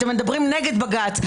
אתם מדברים נגד בג"ץ,